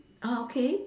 okay